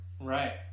Right